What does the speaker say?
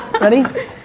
Ready